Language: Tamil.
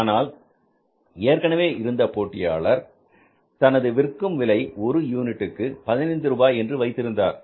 ஆனால் ஏற்கனவே இருந்த போட்டியாளர் தனது விற்கும் விலை ஒரு யூனிட்டுக்கு பதினைந்து ரூபாய் என்று வைத்திருந்தார்